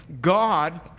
God